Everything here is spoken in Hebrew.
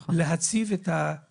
מאוד מאוד קשה להציב את הגבולות,